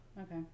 Okay